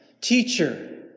Teacher